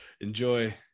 enjoy